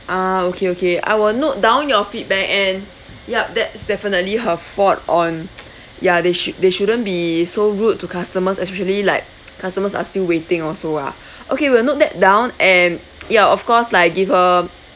ah okay okay I will note down your feedback and yup that's definitely her fault on ya they sh~ they shouldn't be so rude to customers especially like customers are still waiting also lah okay will note that down and ya of course like give her